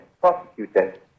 prosecuted